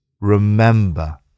remember